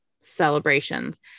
celebrations